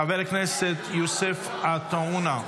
חבר הכנסת יוסף עטאונה,